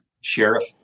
Sheriff